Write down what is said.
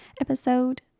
Episode